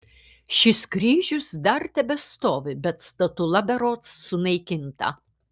šis kryžius dar tebestovi bet statula berods sunaikinta